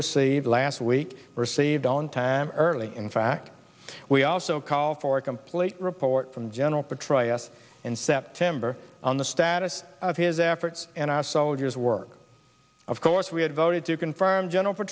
received last week received on time early in fact we also called for a complete report from general petraeus in september on the status of his efforts and our soldiers work of course we had voted to confirm